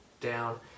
down